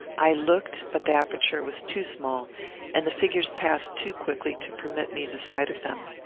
i looked but the aperture was too small and the figures passed too quickly to permit me the sight of them.